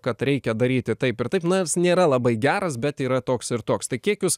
kad reikia daryti taip ir taip na jis nėra labai geras bet yra toks ir toks tai kiek jūs